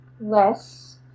less